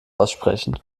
aussprechen